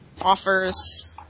offers